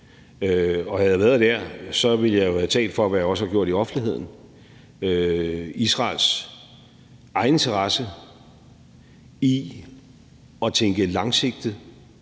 Havde jeg været dér, ville jeg jo have talt for, hvad jeg også har gjort i offentligheden, Israels egen interesse i at tænke langsigtet